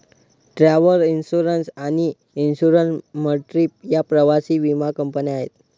travel insurance आणि Insure My Trip या प्रवासी विमा कंपन्या आहेत